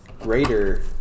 greater